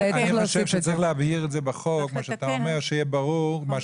אני חושב שצריך להבהיר את זה בחוק כדי שמה שאמר שלומי יהיה ברור.